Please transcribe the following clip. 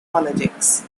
politics